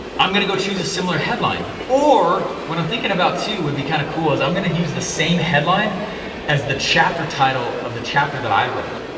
i'm gonna go choose a similar headline or when i'm thinking about too would be kind of cool, cause i'm gonna use the same headline as the chapter title of the chapter that i wrote,